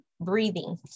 breathing